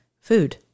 food